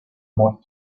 muerto